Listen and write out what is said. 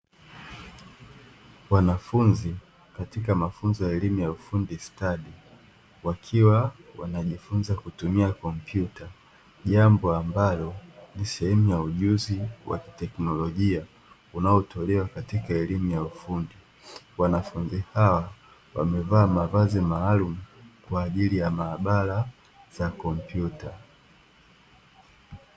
Wanafunzi katika mafunzo ya elimu ya ufundi stadi, wakiwa wanajifunza kutumia kompyuta, jambo ambalo ni sehemu ya ujuzi wa kiteknolojia unaotolewa katika elimu ya ufundi. Wanafunzi hao wamevaa mavazi maalum kwa ajili ya maabara za kompyuta.